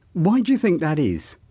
why do you think that is?